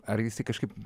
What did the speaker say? ar jisai kažkaip